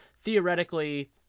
theoretically